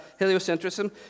Heliocentrism